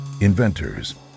inventors